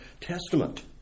Testament